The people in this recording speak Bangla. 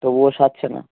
তবুও সারছে না